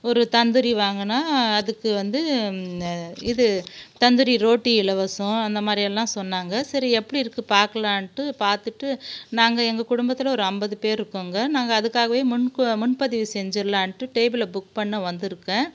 ஒரு தந்தூரி வாங்கினேன் அதுக்கு வந்து இது தந்தூரி ரோட்டி இலவசம் அந்தமாதிரியெல்லாம் சொன்னாங்க சரி எப்படி இருக்குது பார்க்கலான்ட்டு பார்த்துட்டு நாங்கள் எங்கள் குடும்பத்தில் ஒரு ஐம்பது பேர் இருக்கோங்க நாங்கள் அதுக்காகவே முன் பதிவு செஞ்சுரலான்ட்டு டேபிளை புக் பண்ண வந்திருக்கேன்